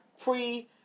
pre